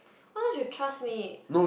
why don't you trust me